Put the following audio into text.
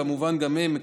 כמובן גם הן,